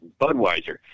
Budweiser